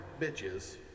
bitches